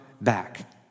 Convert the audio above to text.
Back